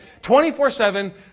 24-7